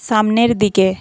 সামনের দিকে